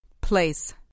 Place